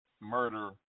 murder